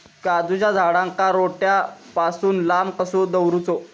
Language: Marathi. काजूच्या झाडांका रोट्या पासून लांब कसो दवरूचो?